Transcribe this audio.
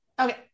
Okay